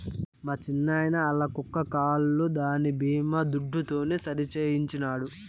మా చిన్నాయిన ఆల్ల కుక్క కాలు దాని బీమా దుడ్డుతోనే సరిసేయించినాడు